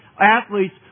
athletes